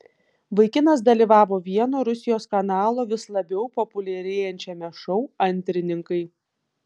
vaikinas dalyvavo vieno rusijos kanalo vis labiau populiarėjančiame šou antrininkai